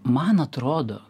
man atrodo